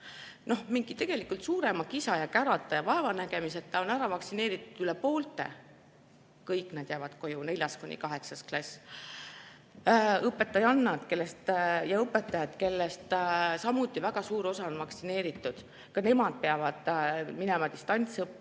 kellest tegelikult suurema kisa ja kärata ja vaevanägemiseta on ära vaktsineeritud üle poolte, kõik nad jäävad koju, neljas kuni kaheksas klass. Õpetajad, kellest samuti väga suur osa on vaktsineeritud, ka nemad peavad minema distantsõppele